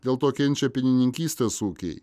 dėl to kenčia pienininkystės ūkiai